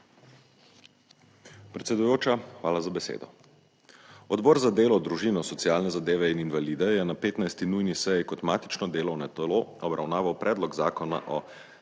Predsedujoča, hvala za besedo. Odbor za delo, družino, socialne zadeve in invalide je na 15. nujni seji kot matično delovno telo obravnaval Predlog zakona o